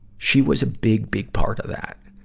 she was a big, big part of that.